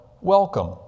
welcome